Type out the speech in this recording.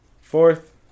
Fourth